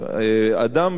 אדם,